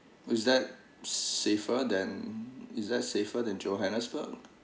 is that safer than is that safer than johannesburg